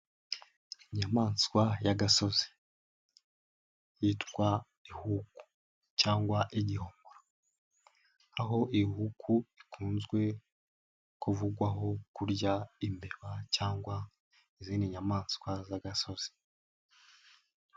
Inyamaswa y'agasozi yitwa ihuku cyangwa igihomora. Aho ihuku ikunzwe kuvugwaho kurya imbeba cyangwa izindi nyamaswa z'agasozi.